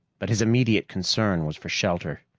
but his immediate concern was for shelter.